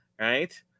right